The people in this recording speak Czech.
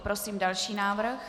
Prosím další návrh.